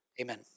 Amen